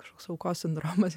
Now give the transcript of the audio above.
kažkoks aukos sindromas